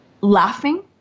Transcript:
laughing